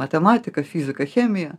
matematiką fiziką chemiją